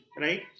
right